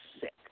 sick